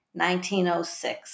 1906